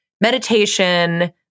meditation